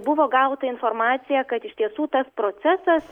buvo gauta informacija kad iš tiesų tas procesas